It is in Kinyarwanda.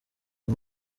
uyu